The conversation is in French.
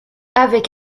avec